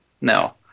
no